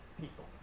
people